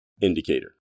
indicator